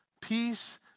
peace